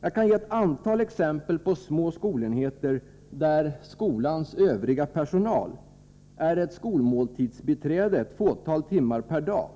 Jag kan ge ett antal exempel på små skolenheter där ”skolans övriga personal” är ett skolmåltidsbiträde ett fåtal timmar per dag